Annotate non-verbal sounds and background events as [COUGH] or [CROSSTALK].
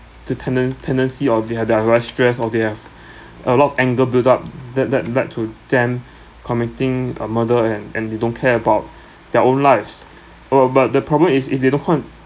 the tenden~ tendency or they are they are very stressed or they have [BREATH] a lot of anger build up that that led to them [BREATH] committing a murder and and they don't care about [BREATH] their own lives [BREATH] uh but the problem is if they don't want